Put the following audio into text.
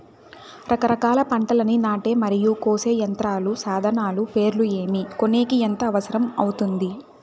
రకరకాల పంటలని నాటే మరియు కోసే యంత్రాలు, సాధనాలు పేర్లు ఏమి, కొనేకి ఎంత అవసరం అవుతుంది?